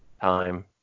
time